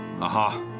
Aha